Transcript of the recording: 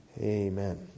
Amen